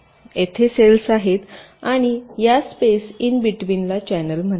येथे सेल्स आहेत आणि या स्पेस इन बिटवीनला चॅनल म्हणतात